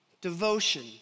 devotion